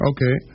Okay